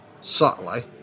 Subtly